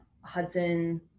hudson